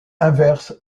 inverse